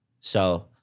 So-